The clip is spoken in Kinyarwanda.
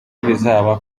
bizaba